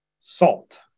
salt